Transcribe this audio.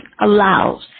allows